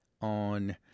on